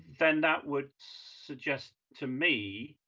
then that would suggest to me